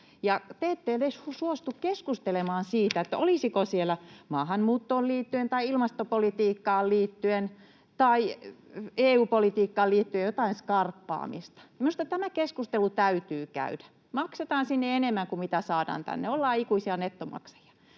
te ette edes suostu keskustelemaan siitä, olisiko siellä maahanmuuttoon liittyen tai ilmastopolitiikkaan liittyen tai EU-politiikkaan liittyen jotain skarppaamista. Minusta tämä keskustelu täytyy käydä. Maksetaan sinne enemmän kuin mitä saadaan tänne, ollaan ikuisia nettomaksajia.